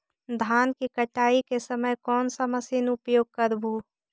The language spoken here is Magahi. धान की कटाई के समय कोन सा मशीन उपयोग करबू?